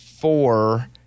four